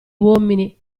uomini